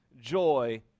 joy